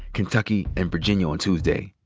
kentucky, and virginia on tuesday.